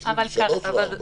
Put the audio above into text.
תתחילו משלוש או ארבע.